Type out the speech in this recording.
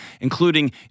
including